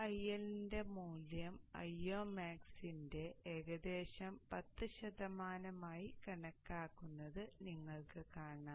∆IL മൂല്യം Iomax ന്റെ ഏകദേശം 10 ശതമാനമായി കണക്കാക്കുന്നത് നിങ്ങൾക്ക് കാണാം